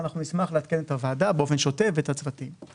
ואנחנו נשמח לעדכן את הוועדה באופן שוטף ואת הצוותים.